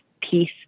peace